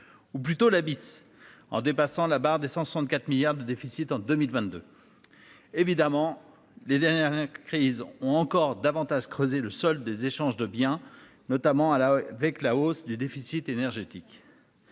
ou plutôt la bis en dépassant la barre des 164 milliards de déficit en 2022. Évidemment les dernières crises ont encore davantage creusé le solde des échanges de biens notamment à la avec la hausse du déficit énergétique.